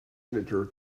editor